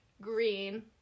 green